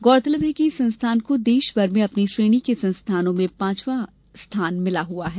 गौरतलब है कि इस संस्थान को देशभर में अपनी श्रेणी के संस्थानों में पांचवा स्थान हासिल है